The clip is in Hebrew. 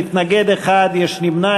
שמונה מתנגדים, יש נמנע